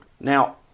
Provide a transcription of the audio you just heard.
Now